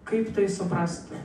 kaip tai suprasti